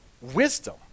wisdom